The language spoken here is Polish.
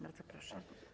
Bardzo proszę.